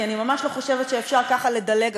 כי אני ממש לא חושבת שאפשר ככה לדלג.